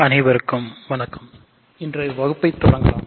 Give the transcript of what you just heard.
அனைவருக்கும் வணக்கம் இன்றைய வகுப்பை தொடரலாம்